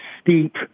steep